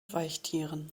weichtieren